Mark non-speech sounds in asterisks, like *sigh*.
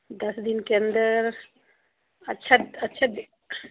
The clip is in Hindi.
दस दिन के अंदर अच्छा अच्छा *unintelligible*